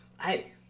hey